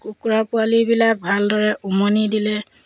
কুকুৰাৰ পোৱালিবিলাক ভালদৰে উমনি দিলে